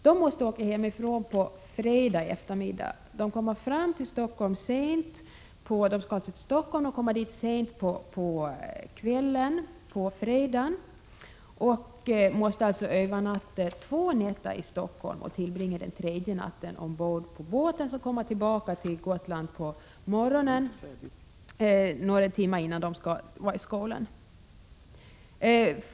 De måste åka hemifrån på fredag eftermiddag. De skall till Stockholm och kommer dit sent på fredag kväll. De måste alltså övernatta två nätter i Stockholm och tillbringa den tredje natten ombord på båten, som kommer tillbaka till Gotland på morgonen, några timmar innan de skall vara i skolan.